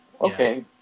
Okay